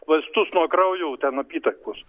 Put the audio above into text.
vaistus nuo kraujo ten apytakos